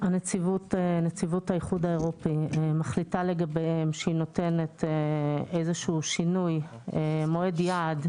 שנציבות האיחוד האירופי מחליטה לגביהם שהיא נותנת מועד יעד